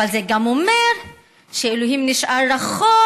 אבל זה אומר שאלוהים נשאר רחוק